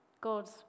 God's